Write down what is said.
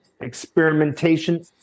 experimentation